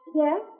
Yes